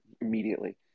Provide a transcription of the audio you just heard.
immediately